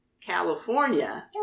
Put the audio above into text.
California